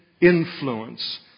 influence